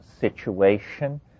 situation